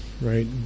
right